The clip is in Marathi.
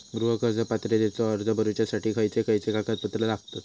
गृह कर्ज पात्रतेचो अर्ज भरुच्यासाठी खयचे खयचे कागदपत्र लागतत?